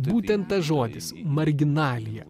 būtent tas žodis marginalija